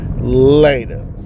later